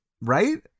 Right